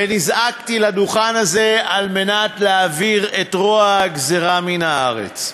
ונזעקתי לדוכן הזה כדי להעביר את רוע הגזירה מן הארץ.